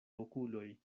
okuloj